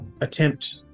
attempt